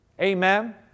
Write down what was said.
Amen